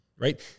right